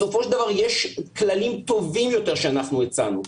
בסופו של דבר יש כללים טובים יותר שאנחנו הצענו.